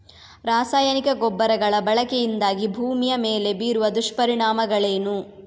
ರಾಸಾಯನಿಕ ಗೊಬ್ಬರಗಳ ಬಳಕೆಯಿಂದಾಗಿ ಭೂಮಿಯ ಮೇಲೆ ಬೀರುವ ದುಷ್ಪರಿಣಾಮಗಳೇನು?